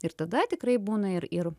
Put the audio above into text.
ir tada tikrai būna ir ir